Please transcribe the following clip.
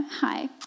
Hi